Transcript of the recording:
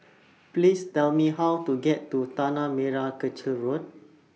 Please Tell Me How to get to Tanah Merah Kechil Road